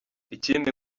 ikindi